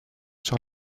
sur